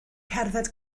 cerdded